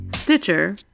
Stitcher